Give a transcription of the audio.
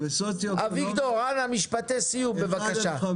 אביגדור, אנא משפטי סיום בבקשה.